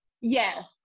yes